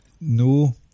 no